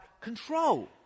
control